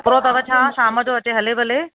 तकिड़ो अथव छा शामु जो अचे हले भले